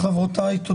חברותיי, תודה.